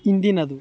ಹಿಂದಿನದು